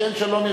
כשאין שלום,